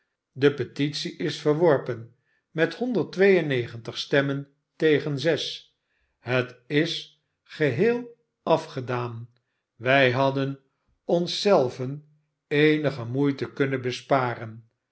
de petitie is verworpen met honderd twee en negentig stemmen tegen zes het is geheel afgedaan wij hadden ons zelven eenige moeite kunnen besparen